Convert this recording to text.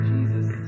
Jesus